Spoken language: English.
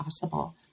possible